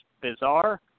bizarre